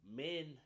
men